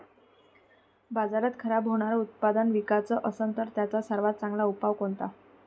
बाजारात खराब होनारं उत्पादन विकाच असन तर त्याचा सर्वात चांगला उपाव कोनता?